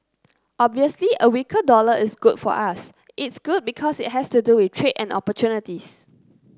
obviously a weaker dollar is good for us it's good because it has to do with trade and opportunities